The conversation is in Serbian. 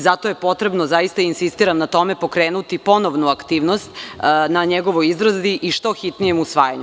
Zato je potrebno, zaista insistiram na tome, pokrenuti ponovnu aktivnost na njegovoj izradi i što hitnijem usvajanju.